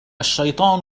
الشيطان